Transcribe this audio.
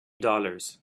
dollars